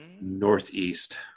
northeast